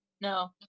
No